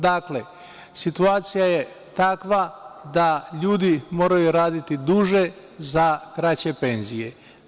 Dakle, situacija je takva da ljudi moraju raditi duže za kraće penzije.